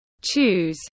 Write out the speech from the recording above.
Choose